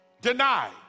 denied